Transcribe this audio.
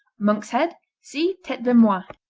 monk's head see tete de moine.